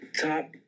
top